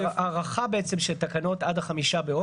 זו הארכה בעצם של התקנות עד ה-5 באוגוסט.